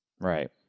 right